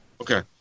Okay